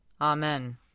Amen